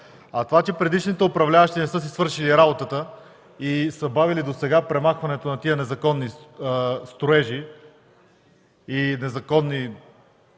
А това, че предишните управляващи не са си свършили работата и са бавили досега премахването на тези незаконни строежи и изобщо